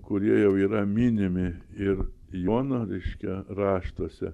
kurie jau yra minimi ir jono reiškia raštuose